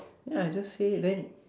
ya I just say then